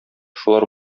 шулар